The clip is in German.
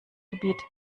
gebiet